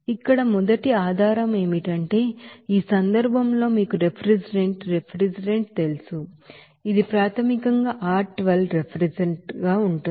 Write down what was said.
ఇక్కడ మొదటి ఆధారం ఏమిటంటే ఈ సందర్భంలో మీకు రిఫ్రిజిరెంట్ రిఫ్రిజిరెంట్ తెలుసు ఇది ప్రాథమికంగా R 12 రిఫ్రిజిరెంట్ గా ఉంటుంది